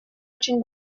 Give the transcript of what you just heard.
очень